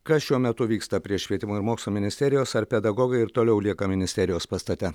kas šiuo metu vyksta prie švietimo ir mokslo ministerijos ar pedagogai ir toliau lieka ministerijos pastate